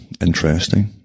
Interesting